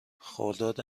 خرداد